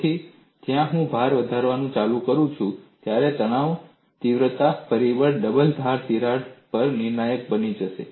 તેથી જ્યારે હું ભાર વધારવાનું ચાલુ રાખું છું ત્યારે તણાવ તીવ્રતા પરિબળ ડબલ ધાર તિરાડ પર નિર્ણાયક બની જશે